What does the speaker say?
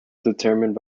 determined